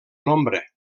nombre